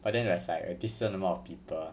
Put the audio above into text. but then it's like a decent amount of people